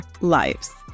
lives